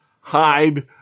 hide